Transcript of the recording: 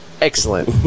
excellent